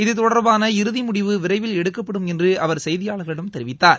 இத்தொடர்பான இறுதி முடிவு விரைவில் எடுக்கப்படும் என்று அவர் செய்தியாளர்களிடம் தெரிவித்தார்